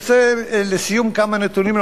אני רוצה לסיום לומר לך כמה נתונים,